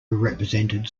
represented